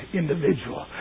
individual